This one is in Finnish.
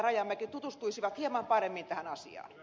rajamäki tutustuisivat hieman paremmin tähän asiaan